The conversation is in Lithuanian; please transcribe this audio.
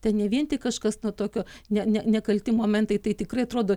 ten ne vien tik kažkas na tokio ne ne nekalti momentai tai tikrai atrodo